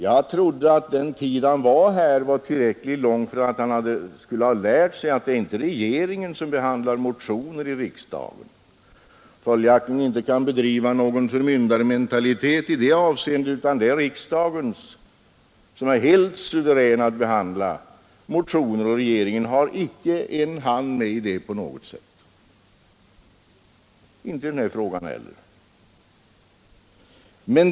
Jag trodde att den tid herr Fridolfsson tidigare varit här i riksdagen var tillräckligt lång för att han skulle ha lärt sig att det inte är regeringen som behandlar motioner i riksdagen och att regeringen följaktligen inte kan bedriva någon förmyndarmentalitet i det avseendet, utan det är riksdagen som är helt suverän att behandla motioner, och regeringen har icke sin hand med i det på något sätt. Det har regeringen inte haft i den här frågan heller.